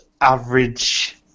average